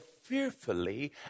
fearfully